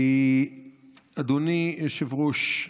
אדוני היושב-ראש,